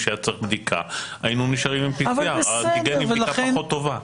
שצריך בדיקה היינו נשארים עם PCR. האנטיגן היא בדיקה פחות טובה.